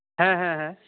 ᱦᱮᱸ ᱦᱮᱸ ᱦᱮᱸ